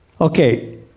Okay